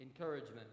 encouragement